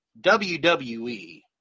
WWE